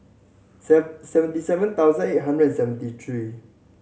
seventy seven thousand eight hundred and seventy three